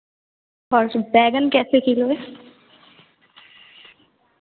वैसे बैंगन कैसे किलो है